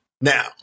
Now